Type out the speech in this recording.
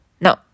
No